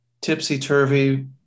tipsy-turvy